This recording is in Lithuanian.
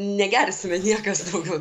negersime niekas daugiau